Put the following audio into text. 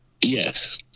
Yes